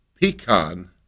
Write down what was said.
pecan